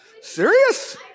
Serious